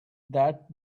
that